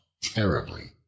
terribly